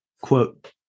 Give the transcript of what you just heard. Quote